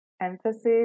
emphasis